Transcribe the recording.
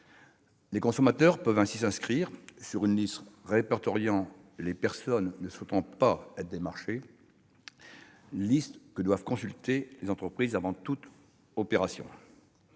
Les consommateurs peuvent ainsi s'inscrire sur une liste répertoriant les personnes ne souhaitant pas être démarchées, liste que doivent consulter les entreprises avant toute opération.